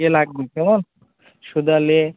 এ লাগবে কেমন সুদল এ